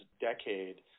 decade